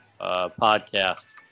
podcast